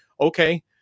Okay